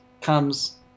comes